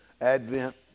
Advent